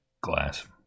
glass